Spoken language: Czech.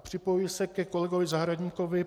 Připojuji se ke kolegovi Zahradníkovi.